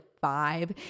five